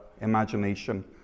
imagination